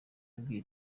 yabwiye